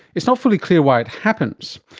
it's not fully clear why it happens.